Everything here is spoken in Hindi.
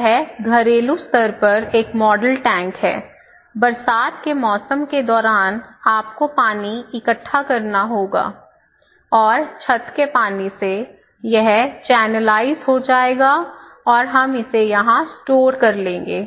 यह घरेलू स्तर पर एक मॉडल टैंक है बरसात के मौसम के दौरान आपको पानी इकट्ठा करना होगा और छत के पानी से यह चैनलाइज़ हो जाएगा और हम इसे यहाँ स्टोर करेंगे